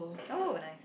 oh nice